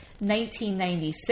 1996